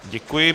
Děkuji.